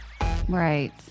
Right